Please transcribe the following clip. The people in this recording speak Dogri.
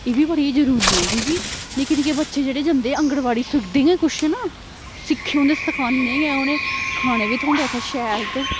एह् बी बड़ी जरूरी ऐ क्योंकि निक्के निक्के बच्चे जेह्ड़े जंदे आंगनबाड़ी सुखदे गै कुछ ना सिक्खे उंदे सखाने गै उनें खाने बी थ्होंदा उत्थै शैल ते